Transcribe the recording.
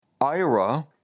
Ira